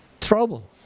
trouble